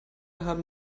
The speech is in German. haben